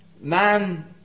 man